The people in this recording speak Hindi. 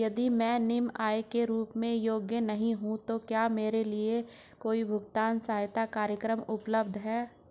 यदि मैं निम्न आय के रूप में योग्य नहीं हूँ तो क्या मेरे लिए कोई भुगतान सहायता कार्यक्रम उपलब्ध है?